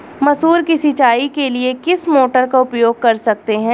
मसूर की सिंचाई के लिए किस मोटर का उपयोग कर सकते हैं?